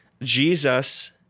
Jesus